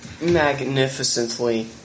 Magnificently